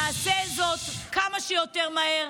נעשה זאת כמה שיותר מהר,